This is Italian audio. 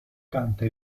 canta